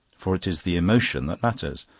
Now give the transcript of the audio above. for it is the emotion that matters.